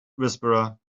whisperer